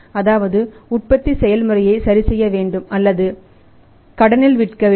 அதாவது உற்பத்தி செயல்முறையை சரிசெய்ய வேண்டும் அல்லது கடனில் விற்க வேண்டும்